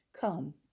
Come